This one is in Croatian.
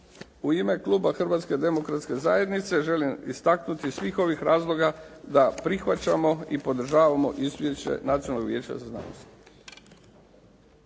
u ime kluba Hrvatske demokratske zajednice želim istaknuti iz svih ovih razloga da prihvaćamo i podržavamo Izvješće Nacionalnog vijeća za znanost.